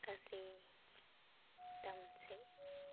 गाज्रि दामोनसै